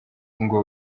ngo